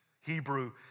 Hebrew